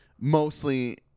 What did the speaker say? mostly